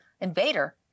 invader